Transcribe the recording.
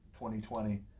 2020